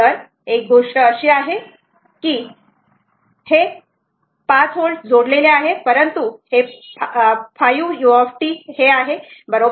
तर एक गोष्ट अशी आहे की हे आहे 5 व्होल्ट जोडलेले आहे परंतु ही 5 u आहे बरोबर